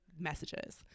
Messages